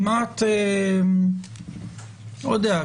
אני לא יודע,